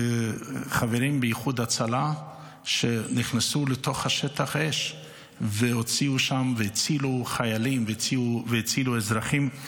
חברים באיחוד הצלה שנכנסו לתוך שטח אש והצילו חיילים והצילו אזרחים.